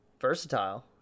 versatile